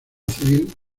civil